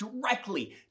directly